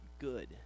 good